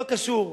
לא קשור.